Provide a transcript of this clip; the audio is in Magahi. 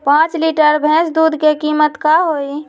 पाँच लीटर भेस दूध के कीमत का होई?